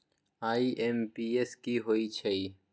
IMPS की होईछइ?